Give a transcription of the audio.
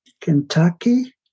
Kentucky